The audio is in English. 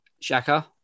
Shaka